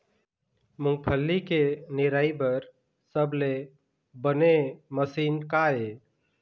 मूंगफली के निराई बर सबले बने मशीन का ये?